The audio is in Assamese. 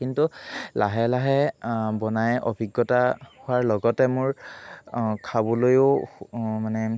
কিন্তু লাহে লাহে বনাই অভিজ্ঞতা হোৱাৰ লগতে মোৰ খাবলৈয়ো মানে